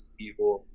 people